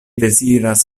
deziras